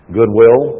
Goodwill